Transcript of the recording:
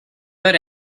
hora